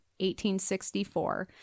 1864